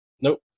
Nope